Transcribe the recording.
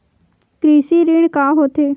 कृषि ऋण का होथे?